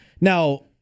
Now